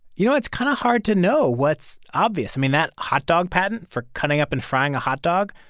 you know, it's kind of hard to know what's obvious. i mean, that hot dog patent for cutting up and frying a hot dog,